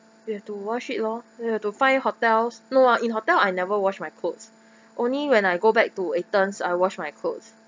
you have to wash it lor you have to find hotels no ah in hotel I never wash my clothes only when I go back to athens I wash my clothes